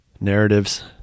narratives